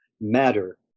Matter